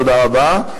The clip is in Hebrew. תודה רבה.